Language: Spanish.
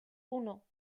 uno